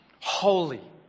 holy